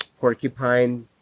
Porcupine